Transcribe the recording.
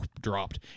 dropped